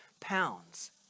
pounds